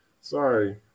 sorry –